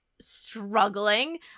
Struggling